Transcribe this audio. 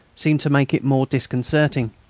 seemed to make it more disconcerting.